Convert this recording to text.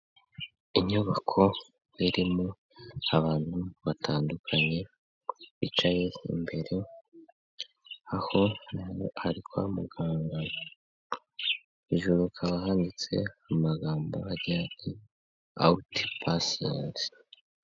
Inyubako irimo abantu batandukanye bicaye imbere, aho hano ari kwa muganga, hejuru hakaba handitse amagambo agira ati ''Out patient.''